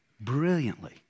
brilliantly